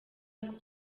ako